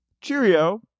Cheerio